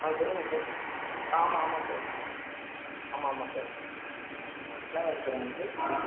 ஆ சொல்லுங்கள் சார் ஆ ஆமாம் ஆமாம் சார் ஆமாம் ஆமாம் சார் என்ன வேணும் சார் உங்களுக்கு